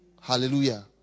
Hallelujah